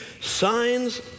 signs